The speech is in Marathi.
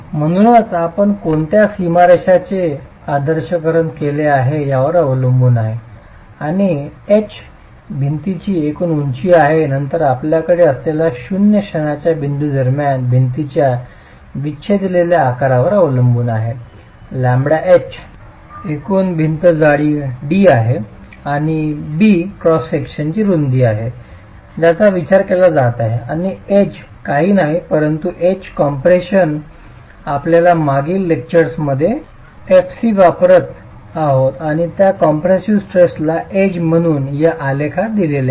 म्हणूनच आपण कोणत्या सीमारेषाचे आदर्शकरण केले आहे यावर अवलंबून आहे आणि h भिंतीची एकूण उंची आहे आणि नंतर आपल्याकडे असलेल्या शून्य क्षणाच्या बिंदू दरम्यान भिंतीच्या विच्छेदलेल्या आकारावर अवलंबून आहे λh एकूण भिंत जाडी d आहे आणि b क्रॉस सेक्शनची रुंदी आहे ज्याचा विचार केला जात आहे आणि σedge काहीच नाही परंतु σedge कॉम्प्रेशन आपण आपल्या मागील लेक्चर्समध्ये fc वापरत आहोत आणि त्या कम्प्रॅसिव्ह स्ट्रेसला σedge म्हणून या आलेखात दिले आहे